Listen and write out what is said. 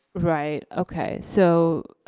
right, okay, so,